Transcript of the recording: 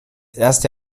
erste